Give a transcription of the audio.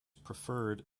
preferred